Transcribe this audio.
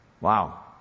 Wow